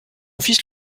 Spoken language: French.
fils